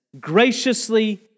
graciously